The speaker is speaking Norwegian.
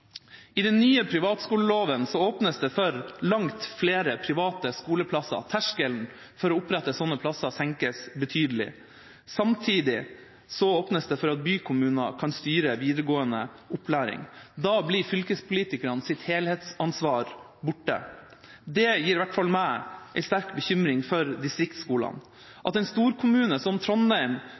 I den nye privatskoleloven åpnes det for langt flere private skoleplasser; terskelen for å opprette slike plasser senkes betydelig. Samtidig åpnes det for at bykommuner kan styre videregående opplæring. Da blir fylkespolitikernes helhetsansvar borte. Det gir i hvert fall meg en sterk bekymring for distriktsskolene. At en storkommune som Trondheim,